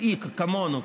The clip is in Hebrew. אי כמונו,